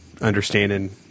understanding